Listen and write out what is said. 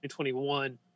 2021